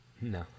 no